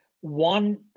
one